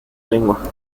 lengua